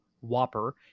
Whopper